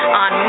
on